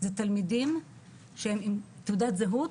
אלה תלמידים שהם עם תעודת זהות